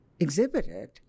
exhibited